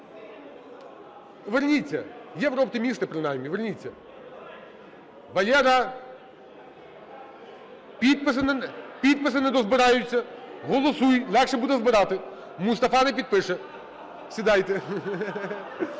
Поверніться, "Єврооптимісти", принаймні, поверніться. Валера, підписи не дозбираються. Голосуй, легше буде збирати. Мустафа не підпише. Сідайте!